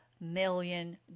million